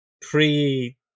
pre